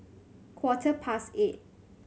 quarter past eight